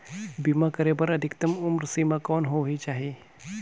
बीमा करे बर अधिकतम उम्र सीमा कौन होना चाही?